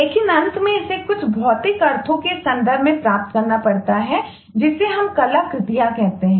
लेकिन अंत में इसे कुछ भौतिक अर्थों के संदर्भ में प्राप्त करना पड़ता है जिसे हम कलाकृतियां कहते हैं